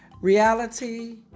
Reality